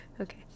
Okay